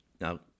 Now